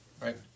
Right